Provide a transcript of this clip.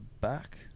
back